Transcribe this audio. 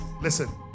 Listen